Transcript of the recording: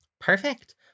Perfect